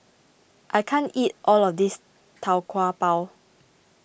I can't eat all of this Tau Kwa Pau